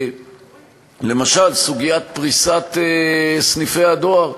למשל, סוגיית פריסת סניפי הדואר,